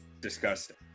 disgusting